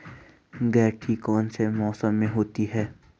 गेंठी कौन से मौसम में होती है?